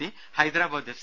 C Hyderabad F